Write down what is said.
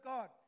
God